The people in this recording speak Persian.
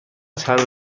چند